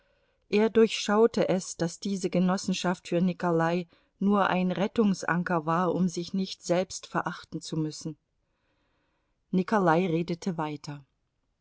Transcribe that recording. er durchschaute es daß diese genossenschaft für nikolai nur ein rettungsanker war um sich nicht selbst verachten zu müssen nikolai redete weiter